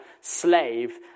slave